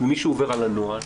ומישהו עובר על הנוהל,